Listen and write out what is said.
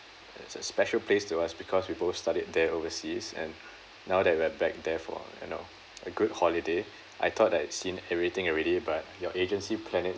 it's a special place to us because we both studied there overseas and now that we are back there for you know a good holiday I thought I had seen everything already but your agency planned it